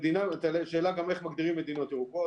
השאלה היא איך מגדירים מדינות ירוקות.